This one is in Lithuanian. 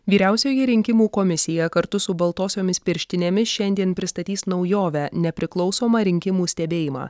vyriausioji rinkimų komisija kartu su baltosiomis pirštinėmis šiandien pristatys naujovę nepriklausomą rinkimų stebėjimą